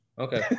Okay